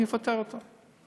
הוא יפטר אותו.